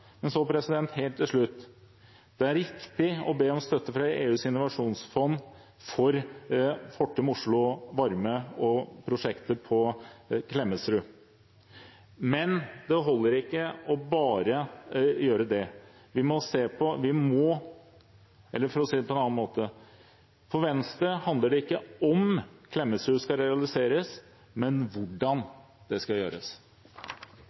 Helt til slutt: Det er riktig å be om støtte fra EUs innovasjonsfond for Fortum Oslo Varme og prosjektet på Klemetsrud. Men det holder ikke bare å gjøre det. For Venstre handler det ikke om hvorvidt Klemetsrud skal realiseres, men hvordan det skal gjøres. Litt av poenget med denne salen er at man skal